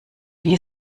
wir